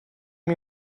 you